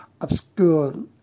obscure